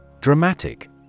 Dramatic